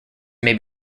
may